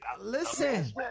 Listen